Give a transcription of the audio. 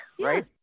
right